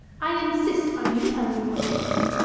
i insist on you telling me what you think.